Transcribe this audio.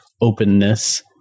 openness